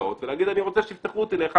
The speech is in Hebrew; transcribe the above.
להזדהות ולהגיד שהוא רוצה שיפתחו אותו ל-1919.